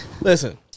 Listen